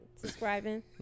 subscribing